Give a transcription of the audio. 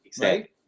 right